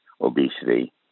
obesity